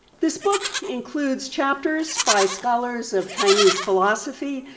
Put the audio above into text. this book includes chapters by scholars of chinese philosophy,